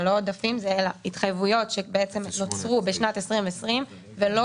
זה התחייבויות שבעצם נוצרו בשנת 2020 ולא